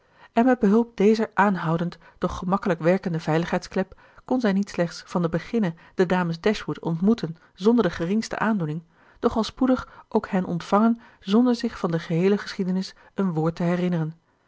en met behulp dezer aanhoudend doch gemakkelijk werkende veiligheidsklep kon zij niet slechts van den beginne de dames dashwood ontmoeten zonder de geringste aandoening doch al spoedig ook hen ontvangen zonder zich van de geheele geschiedenis een woord te herinneren